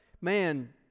man